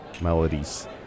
melodies